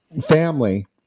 family